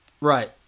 Right